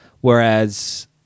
Whereas